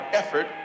effort